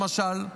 למשל,